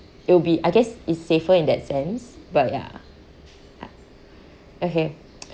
it'll be I guess it's safer in that sense but ya ya okay